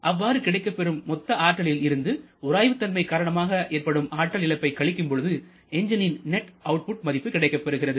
அவ்வாறு கிடைக்கப்பெறும் மொத்த ஆற்றலில் இருந்து உராய்வு தன்மை காரணமாக ஏற்படும் ஆற்றல் இழப்பை கழிக்கும்பொழுது எஞ்ஜினின் நெட் அவுட்புட் மதிப்பு கிடைக்கப்பெறுகிறது